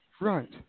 Right